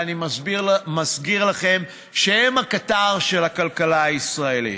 ואני מזכיר לכם שהם הקטר של הכלכלה הישראלית.